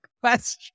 question